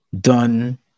done